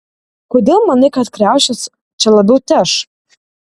kodėl manai kad kriaušės čia labiau teš